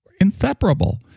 Inseparable